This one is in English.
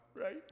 right